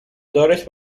دارش